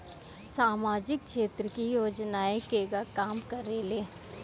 सामाजिक क्षेत्र की योजनाएं केगा काम करेले?